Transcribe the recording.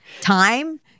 Time